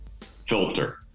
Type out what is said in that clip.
Filter